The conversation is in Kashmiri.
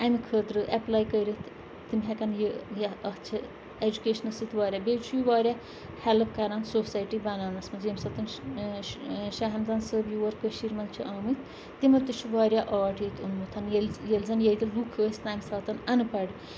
اَمہِ خٲطرٕ اٮ۪پلاے کٔرِتھ تِم ہٮ۪کَن یا اَتھ چھِ اٮ۪جوکیشنَس سۭتۍ واریاہ بیٚیہِ چھُ یہِ واریاہ ہٮ۪لٕپ کَران سوسایٹی بَناونَس منٛز ییٚمہِ ساتہٕ شاہ ہمدان صٲب یور کٔشیٖرِ منٛز چھِ آمٕتۍ تِمو تہِ چھُ واریاہ آٹ ییٚتہِ اوٚنمُت ییٚلہِ ییٚلہِ زَن ییٚتہِ لُکھ ٲسۍ تَمہِ ساتہٕ اَن پَڑھ